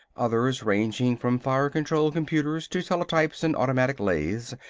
others, ranging from fire-control computers to teletypes and automatic lathes,